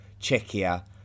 Czechia